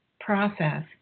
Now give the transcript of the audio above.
process